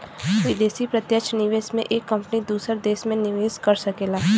विदेशी प्रत्यक्ष निवेश में एक कंपनी दूसर देस में निवेस कर सकला